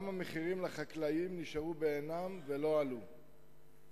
גם המחירים לחקלאים נשארו בעינם ולא עלו.